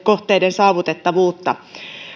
saavutettavuutta